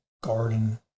garden